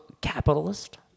capitalist